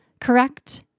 correct